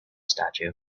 statue